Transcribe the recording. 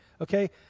okay